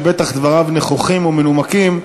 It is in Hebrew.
שבטח דבריו נכוחים ומנומקים,